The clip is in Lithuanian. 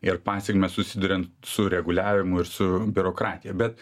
ir pasekmes susiduriant su reguliavimu ir su biurokratija bet